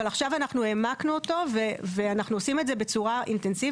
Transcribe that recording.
אבל עכשיו אנחנו העמקנו אותו ואנחנו עושים את זה בצורה אינטנסיבית.